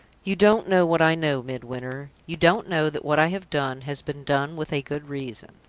you don't know what i know, midwinter. you don't know that what i have done has been done with a good reason.